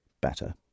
better